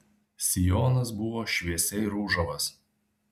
sijonas buvo šviesiai ružavas